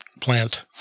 plant